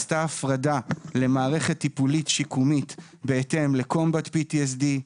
עשתה הפרה למערכת טיפולית-שיקומית בהתאם ל-Combat PTSD,